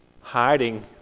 hiding